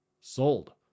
Sold